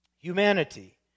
Humanity